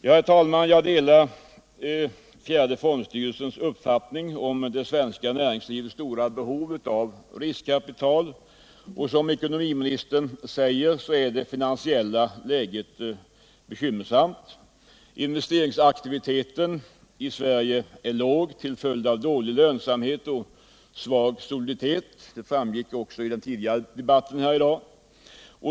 Herr talman! Jag delar fjärde fondstyrelsens uppfattning om det svenska näringslivets starka behov av riskkapital, och som ekonomiministern framhållit är det finansiella läget bekymmersamt. Investeringsaktiviteten i Sverige är låg till följd av dålig lönsamhet och svag soliditet. Detta framgick också av den tidigare debatten i dag.